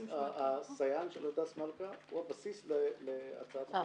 --- הסייען של הדס מלכא הוא הבסיס להצעת החוק.